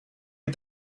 est